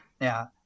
Now